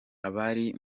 abari